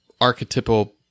archetypal